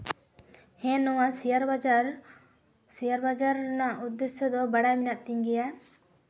ᱦᱮᱸ ᱱᱚᱣᱟ ᱥᱮᱭᱟᱨ ᱵᱟᱡᱟᱨ ᱥᱮᱭᱟᱨ ᱵᱟᱡᱟᱨ ᱨᱮᱱᱟᱜ ᱩᱫᱽᱫᱮᱥᱥᱚ ᱫᱚ ᱵᱟᱲᱟᱭ ᱢᱮᱱᱟᱜ ᱛᱤᱧ ᱜᱮᱭᱟ